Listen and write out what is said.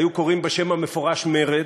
היו קוראים לו בשם המפורש "מרד",